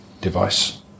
device